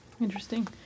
Interesting